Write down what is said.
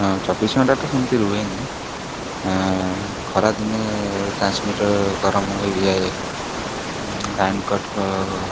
ହଁ ଚବିଶି ଘଣ୍ଟାତ ସେମିତି ରୁହେନି ଖରାଦିନେ ଟ୍ରାନ୍ସମିଟର ଗରମ ହେଇଯାଏ ଲାଇନ୍ କଟ୍